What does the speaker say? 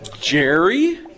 Jerry